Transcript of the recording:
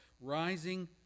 rising